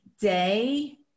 day